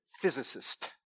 Physicist